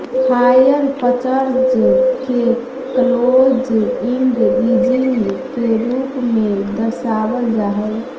hire purchase के close end leasing के रूप में दर्शावल जा हई